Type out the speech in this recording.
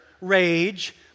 rage